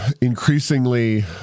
increasingly